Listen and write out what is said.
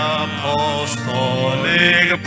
apostolic